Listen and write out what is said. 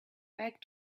back